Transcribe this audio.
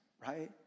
right